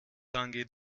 angeht